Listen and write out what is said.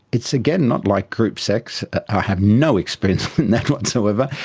it's again not like group sex. i have no experience in that whatsoever.